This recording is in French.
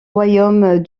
royaume